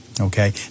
Okay